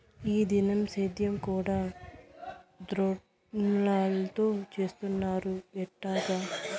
ఈ దినం సేద్యం కూడ డ్రోన్లతో చేస్తున్నారు ఎట్టాగా